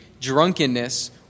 drunkenness